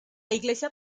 iglesia